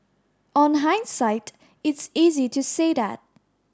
on hindsight it's easy to say that